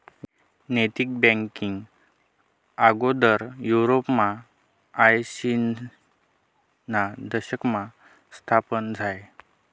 नैतिक बँकींग आगोदर युरोपमा आयशीना दशकमा स्थापन झायं